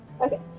Okay